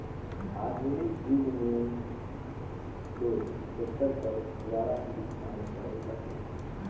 आधुनिक जुग मे दो टेक्टर कर दुवारा ही काम करल जाथे